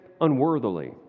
unworthily